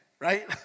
right